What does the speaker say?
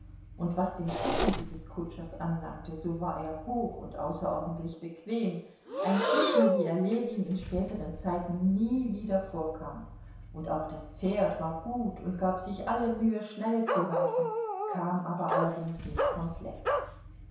und was den schlitten dieses kutschers anlangte so war er hoch und außerordentlich bequem ein schlitten wie er ljewin in späteren zeiten nie wieder vorkam und auch das pferd war gut und gab sich alle mühe schnell zu laufen kam aber allerdings nicht vom fleck